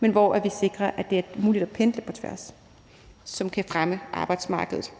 men at det stadig er muligt at pendle på tværs og dermed fremme arbejdsmarkedet.